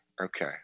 Okay